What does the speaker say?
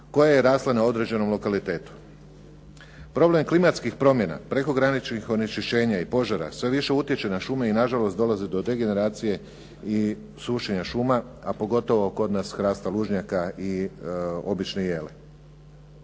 koja je rasla na određenom lokalitetu. Problem klimatskih promjena, prekograničnih onečišćenja i požara sve više utječe na šume i nažalost dolazi do degeneracije i sušenja šuma, a pogotovo kod nas hrasta lužnjaka i obične jele.